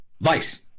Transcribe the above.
vice